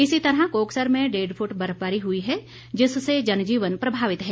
इसी तरह कोकसर में डेढ फुट बर्फबारी हुई है जिससे जनजीवन प्रभावित है